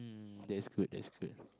mm that is good that is good